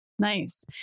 Nice